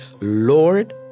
Lord